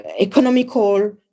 economical